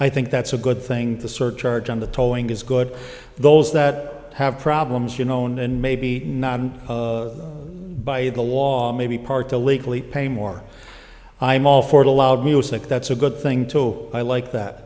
i think that's a good thing the surcharge on the towing is good those that have problems you know and maybe not and by the law maybe part to legally pay more i'm all for the loud music that's a good thing too i like that